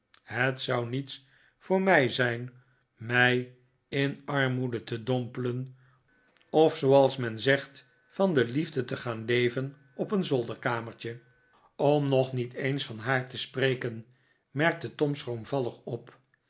het zou niets voor mij zijn mij in armoede te dompelen of zooals men zegt van de liefde te gaan leven op een zolderkamertje om nog niet eens van haar te spreken merkte tom schroomvallig op